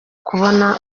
kubona